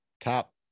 top